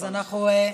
אז אנחנו,